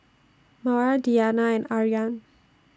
Mawar Diyana and Aryan